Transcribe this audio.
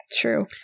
True